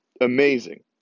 amazing